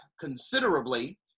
considerably